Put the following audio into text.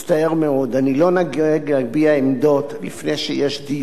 אני לא נוהג להביע עמדות לפני שיש דיון בנושא,